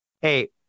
hey